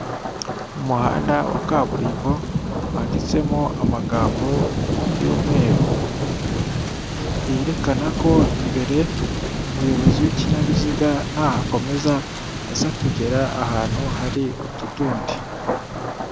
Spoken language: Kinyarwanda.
Umuhanda wa kaburimbo, wanditsemo amagambo y'umweru, yerekana ko imbere umuyobozi w'ikinyabiziga nahakomeza aza kugera ahantu hari utudundi.